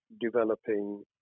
developing